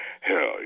Hell